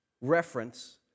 reference